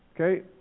Okay